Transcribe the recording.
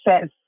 says